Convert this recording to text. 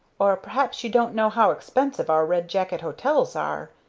or perhaps you don't know how expensive our red jacket hotels are.